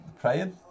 praying